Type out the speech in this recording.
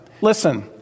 Listen